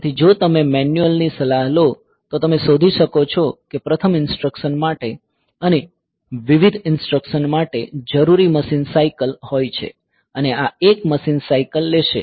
તેથી જો તમે મેન્યુઅલ ની સલાહ લો તો તમે શોધી શકો છો કે પ્રથમ ઇન્સટ્રકસન માટે અને વિવિધ ઇન્સટ્રકસન્સ માટે જરૂરી મશીન સાયકલ હોય છે અને આ 1 મશીન સાયકલ લેશે